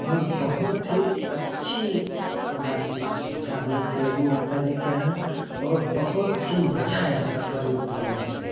और बहुत ही अच्छी वहाँ कि सुविधा हम लोग के लगी माता जी कि यहाँ और बहुत ही मजा आया सफर में घूमने से